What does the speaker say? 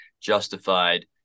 justified